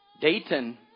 Dayton